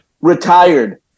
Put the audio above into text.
retired